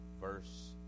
verse